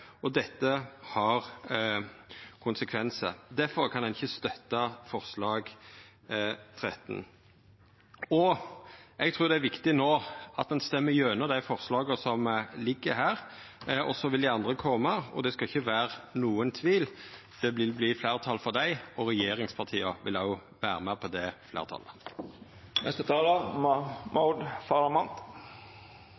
og dette har konsekvensar. Difor kan eg ikkje støtta forslag nr. 13. Eg trur det no er viktig at ein stemmer gjennom dei forslaga som ligg her, og så vil dei andre koma. Og det skal ikkje vera nokon tvil: Det vil bli fleirtal for dei, og regjeringspartia vil òg vera med på det